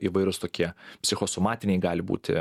įvairūs tokie psichosomatiniai gali būti